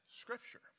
scripture